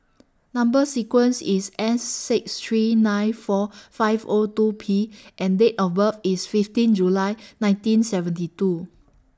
Number sequence IS S six three nine four five O two P and Date of birth IS fifteen July nineteen seventy two